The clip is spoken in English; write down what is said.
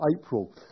April